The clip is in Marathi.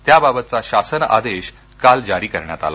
त्याबाबतचा शासन आदेश काल जारी करण्यात आला